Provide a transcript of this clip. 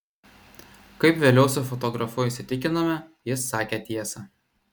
kaip vėliau su fotografu įsitikinome jis sakė tiesą